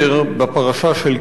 זה מה שקרה לעובדים,